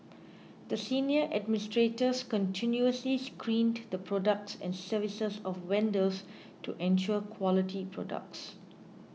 the senior administrators continuously screened the products and services of vendors to ensure quality products